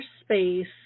space